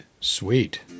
Sweet